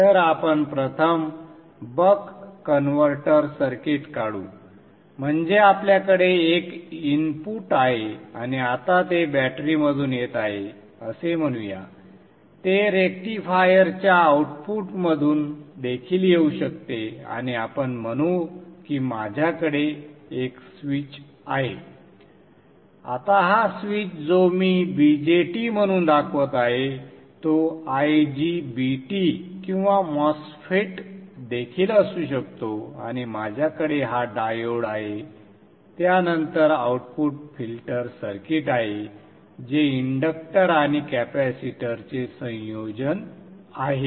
तर आपण प्रथम बक कन्व्हर्टर सर्किट काढू म्हणजे आपल्याकडे एक इनपुट आहे आणि आता ते बॅटरीमधून येत आहे असे म्हणूया ते रेक्टिफायरच्या आउटपुटमधून देखील येऊ शकते आणि आपण म्हणू की माझ्याकडे एक स्विच आहे आता हा स्विच जो मी BJT म्हणून दाखवत आहे तो IGBT किंवा MOSFET देखील असू शकतो आणि माझ्याकडे हा डायोड आहे त्यानंतर आउटपुट फिल्टर सर्किट आहे जे इंडक्टर आणि कॅपेसिटर चे संयोजन आहे